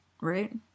right